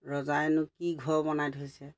ৰজাইনো কি ঘৰ বনাই থৈছে